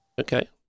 Okay